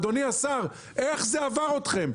אדוני השר, איך זה עבר אתכם?